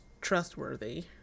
trustworthy